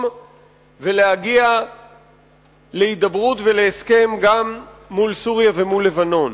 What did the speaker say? ולהגיע להידברות ולהסכם גם מול סוריה ומול לבנון.